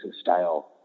style